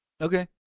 Okay